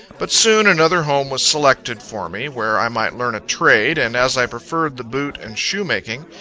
but soon, another home was selected for me, where i might learn a trade, and as i preferred the boot and shoe-making,